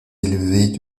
élevée